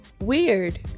weird